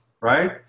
right